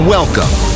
Welcome